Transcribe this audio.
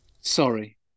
Sorry